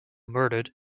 murdered